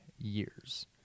years